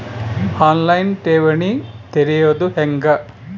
On line ಠೇವಣಿ ತೆರೆಯೋದು ಹೆಂಗ?